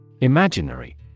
Imaginary